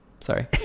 Sorry